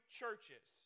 churches